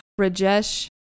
Rajesh